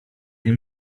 nie